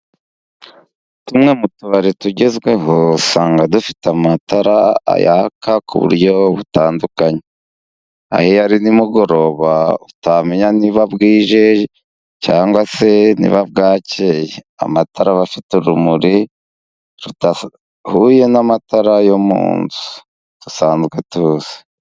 Tumwe mu tubari tugezweho, usanga dufite amatara yaka ku buryo butandukanye. Aho iyo ari nimugoroba utamenya niba bwije cyangwa se niba bwakeye. Amatara aba afite urumuri rudahuye n'amatara yo mu nzu dusanzwe tuzi.